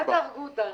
אל תהרגו אותנו.